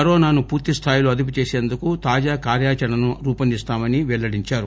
కరోనాను పూర్తిస్థాయిలో అదుపు చేసేందుకు తాజా కార్యాచరణను రూపొందిస్తామని పెల్లడించారు